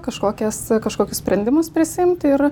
kažkokias kažkokius sprendimus prisiimti ir